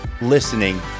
listening